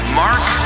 mark